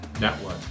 network